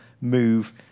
move